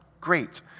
Great